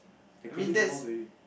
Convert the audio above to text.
they closing the malls already